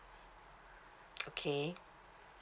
okay